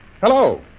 Hello